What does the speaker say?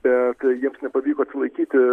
bet jiems nepavyko atsilaikyti